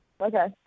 Okay